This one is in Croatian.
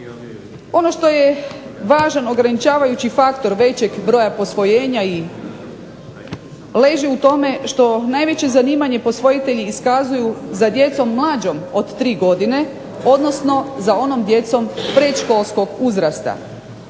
Ono što je ograničavajući važan faktor većeg broja posvojenja leži u tome što najviše zanimanje posvajatelji iskazuju za djecom mlađom od 3 godine, odnosno za onom djecom predškolskog uzrasta.